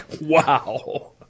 Wow